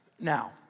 now